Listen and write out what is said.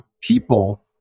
people